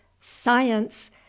science